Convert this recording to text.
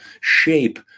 shape